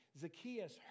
Zacchaeus